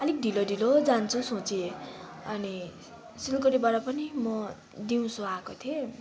आलिक ढिलो ढिलो जान्छु सोचेँ अनि सिलगढीबाट पनि म दिउँसो आएको थिएँ